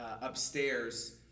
upstairs